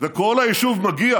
וכל היישוב מגיע